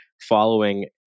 following